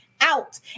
out